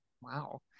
Wow